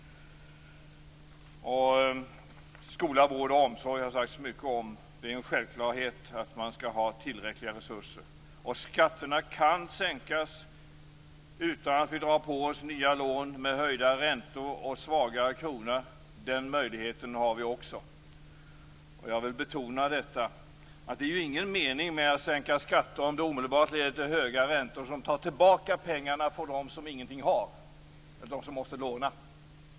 Skola, vård och omsorg har det sagts mycket om. Det är en självklarhet att de områdena skall ha tillräckliga resurser. Skatterna kan sänkas utan att vi drar på oss nya lån, med höjda räntor och en svagare krona som följd. Den möjligheten har vi också. Jag vill betona att det inte är någon mening med att sänka skatter om det omedelbart leder till höga räntor som tar tillbaka pengarna från dem som ingenting har, de som måste låna.